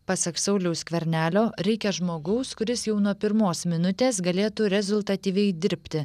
pasak sauliaus skvernelio reikia žmogaus kuris jau nuo pirmos minutės galėtų rezultatyviai dirbti